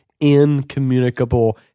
incommunicable